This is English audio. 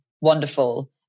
wonderful